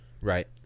Right